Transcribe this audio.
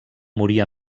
morir